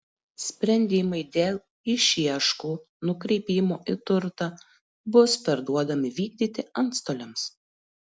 sprendimai dėl išieškų nukreipimo į turtą bus perduodami vykdyti antstoliams